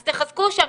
אז תחזקו שם.